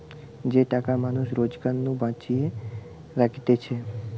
যে টাকা মানুষ রোজগার নু বাঁচিয়ে রাখতিছে